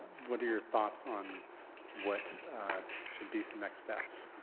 what are your thoughts on what should be the next steps?